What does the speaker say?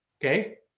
Okay